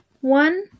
one